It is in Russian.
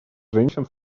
женщин